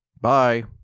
Bye